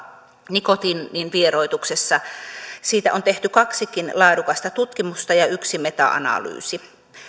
nikotiinin vieroituksessa siitä on tehty kaksikin laadukasta tutkimusta ja yksi meta analyysi